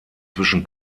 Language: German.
zwischen